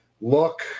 look